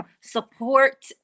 support